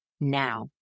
now